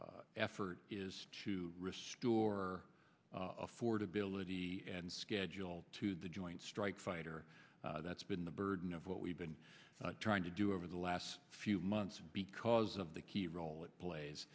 principal effort is to restore affordability and schedule to the joint strike fighter that's been the burden of what we've been trying to do over the last few months because of the key role it plays